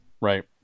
Right